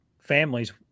families